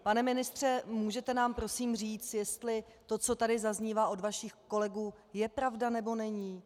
Pane ministře, můžete nám prosím říct, jestli to, co tady zaznívá od vašich kolegů je pravda, nebo není?